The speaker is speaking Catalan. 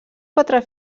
quatre